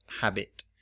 habit